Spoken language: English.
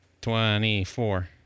Twenty-four